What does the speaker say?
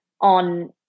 on